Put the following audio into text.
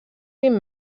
vint